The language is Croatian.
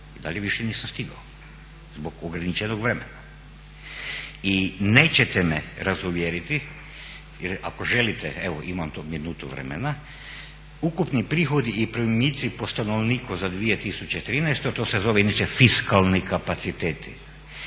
Dalje više nisam stigao zbog ograničenog vremena. I nećete me razuvjeriti jer ako želite evo imam minutu vremena, ukupni prihodi i primici po stanovniku za 2013., a to je zove inače fiskalni kapaciteti,